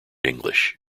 english